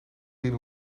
zien